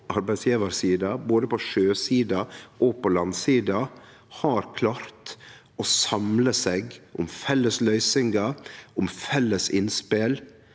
arbeidsgjevarsida, både på sjøsida og på landsida, har klart å samle seg om felles løysingar og felles innspel,